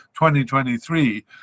2023